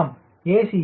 Aam a